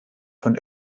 von